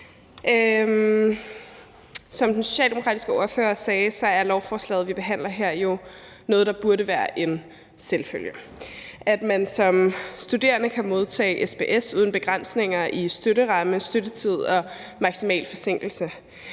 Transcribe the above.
Som den socialdemokratiske ordfører sagde, er lovforslaget, vi behandler her, jo noget, der burde være en selvfølge: at man som studerende kan modtage SPS uden begrænsninger i støtteramme, støttetid og maksimal forsinkelse,